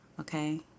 Okay